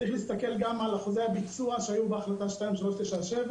צריך להסתכל על אחוזי הביצוע שהיו בהחלטה 2397,